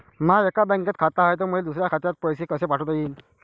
माय एका बँकेत खात हाय, त मले दुसऱ्या खात्यात पैसे कसे पाठवता येईन?